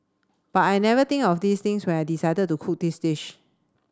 but I never think of these things when I decided to cook this dish